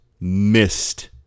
missed